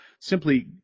simply